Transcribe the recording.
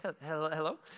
hello